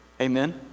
amen